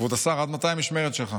כבוד השר, עד מתי המשמרת שלך?